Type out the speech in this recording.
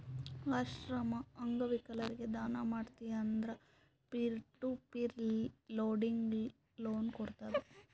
ಆಶ್ರಮ, ಅಂಗವಿಕಲರಿಗ ದಾನ ಮಾಡ್ತಿ ಅಂದುರ್ peer to peer lending loan ಕೋಡ್ತುದ್